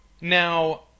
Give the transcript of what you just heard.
Now